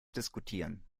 diskutieren